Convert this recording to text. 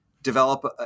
develop